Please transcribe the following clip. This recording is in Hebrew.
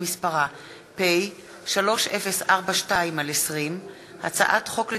חוק פ/3042/20 וכלה בהצעת חוק פ/3050/20,